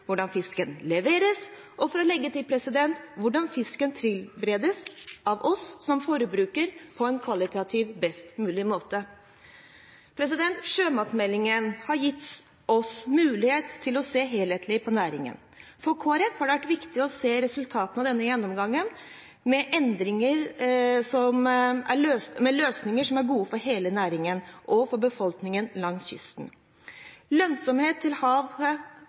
hvordan fisken leveres og – for å legge til – hvordan fisken tilberedes på en kvalitativt best mulig måte av oss som forbrukere. Sjømatindustrimeldingen har gitt oss mulighet til å se helhetlig på næringen. For Kristelig Folkeparti har det vært viktig å se resultatene av denne gjennomgangen med løsninger som er gode for hele næringen og for befolkningen langs kysten. Lønnsomheten til